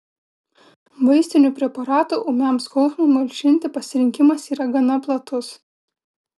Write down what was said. vaistinių preparatų ūmiam skausmui malšinti pasirinkimas yra gana platus